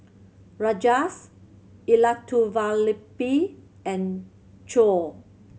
Rajesh Elattuvalapil and Choor